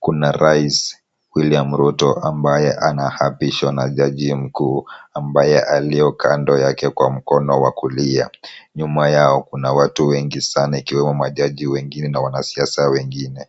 Kuna rais William Ruto ambaye anaapishwa na jaji mkuu, ambaye aliye kando yake kwa mkono wa kulia. Nyuma yao kuna watu wengi sana ikiwemo majaji wengine na wanasiasa wengine.